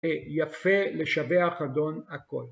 יפה לשבח אדון הכל